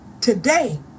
today